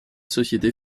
société